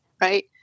right